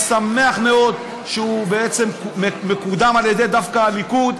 אני שמח מאוד שהוא מקודם דווקא על ידי הליכוד.